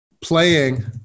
playing